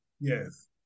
yes